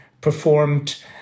performed